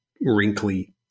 wrinkly